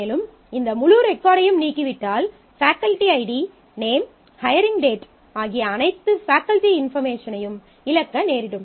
மேலும் இந்த முழு ரெக்கார்டையும் நீக்கிவிட்டால் faculty ID name hiring date ஆகிய அனைத்து ஃபேக்கல்டி இன்பார்மேஷனையும் இழக்க நேரிடும்